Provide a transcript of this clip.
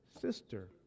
sister